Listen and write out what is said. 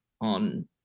on